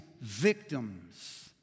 victims